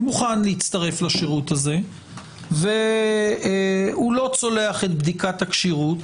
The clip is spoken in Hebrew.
הוא מוכן להצטרף לשירות הזה והוא לא צולח את בדיקת הכשירות?